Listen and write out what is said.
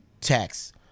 tax